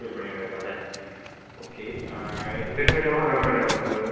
കൂലിപ്പണിയാണ് വരുന്നത് അല്ലേ okay English medium ആണോ മലയാളം മീഡിയം ആണോ നോക്കുന്നത്